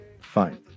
Fine